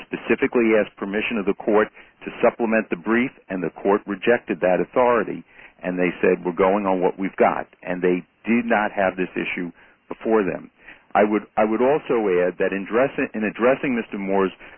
specifically asked permission of the court to supplement the brief and the court rejected that authority and they said we're going on what we've got and they did not have this issue before them i would i would also add that in dressing in addressing mr moore's